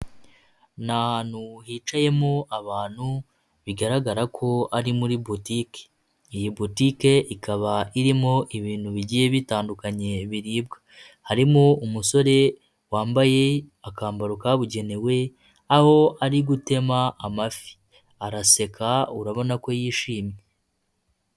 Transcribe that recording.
Ni ahantu hicayemo abantu bigaragara ko ari muri bitike, iyi butike ikaba irimo ibintu bigiye bitandukanye biribwa, harimo umusore wambaye akambaro kabugenewe aho ari gutema amafi, araseka urabona ko yishimye.